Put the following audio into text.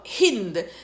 hind